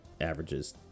averages